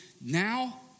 now